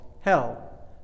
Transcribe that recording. hell